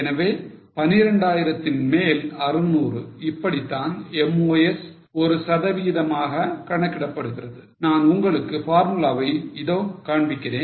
எனவே 12 ஆயிரத்தின் மேல் 600 இப்படித்தான் MOS ஒரு சதவீதமாக கணக்கிடப்படுகிறது நான் உங்களுக்கு பார்முலாவை இதோ காண்பிக்கிறேன்